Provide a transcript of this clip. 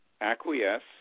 acquiesce